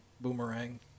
Boomerang